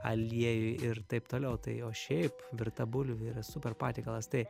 aliejuj ir taip toliau tai o šiaip virta bulvė yra super patiekalas tai